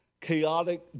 chaotic